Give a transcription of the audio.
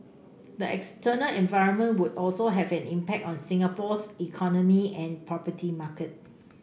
the external environment would also have an impact on Singapore's economy and property market